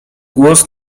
głos